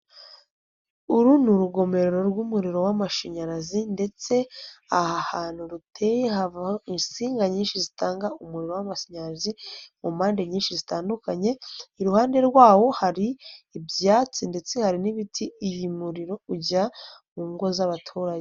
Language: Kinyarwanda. Uru ni urugomero rw'umuriro w'amashanyarazi ndetse aha ahantu ruteye haba insinga nyinshi zitanga umuriro w'amashanyarazi mu mpande nyinshi zitandukanye, iruhande rwawo hari ibyatsi ndetse hari n'ibiti, uyu muriro ujya mu ngo z'abaturage.